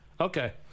Okay